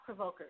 provokers